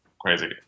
crazy